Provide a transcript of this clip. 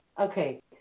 Okay